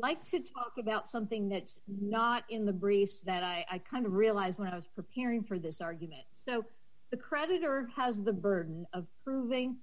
like to talk about something that's not in the briefs that i kind of realized when i was preparing for this argument so the creditor has the burden of proving